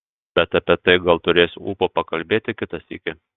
bet apie tai gal turėsiu ūpo pakalbėti kitą sykį